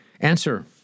Answer